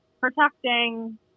protecting